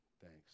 thanks